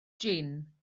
jin